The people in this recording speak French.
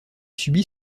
subit